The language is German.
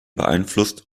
beeinflusst